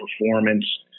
performance